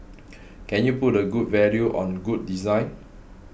can you put a good value on good design